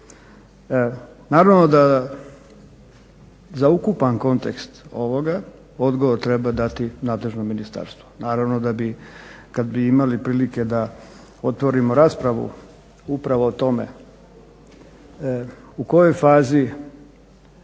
Naravno da za ukupan kontekst ovoga odgovor treba dati nadležno ministarstvo naravno da bi kad bi imali prilike da otvorimo raspravu upravo o tome, u kojoj fazi